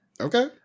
Okay